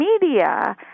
media